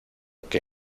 que